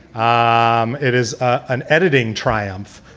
um it is ah an editing triumph.